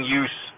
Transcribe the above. use